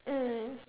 mm